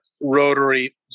rotary